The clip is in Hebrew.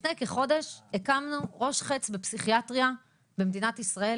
לפני כחודש הקמנו ראש חץ בפסיכיאטריה במדינת ישראל